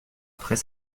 après